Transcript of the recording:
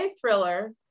thriller